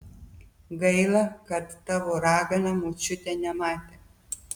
gaila kad tavo ragana močiutė nematė